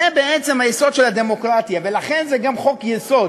זה בעצם היסוד של הדמוקרטיה, ולכן זה גם חוק-יסוד.